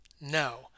No